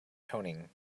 toning